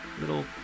Little